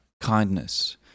kindness